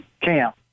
camp